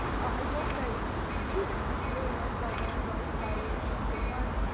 i will say two things that's really nice about a randomized evaluation. so one,